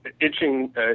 itching